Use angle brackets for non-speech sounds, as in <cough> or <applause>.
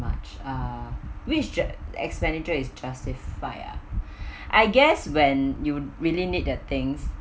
much ah which uh expenditure is justified ah <breath> I guess when you really need the things